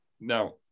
now